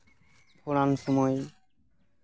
ᱯᱷᱳᱲᱟᱱ ᱥᱚᱢᱚᱭ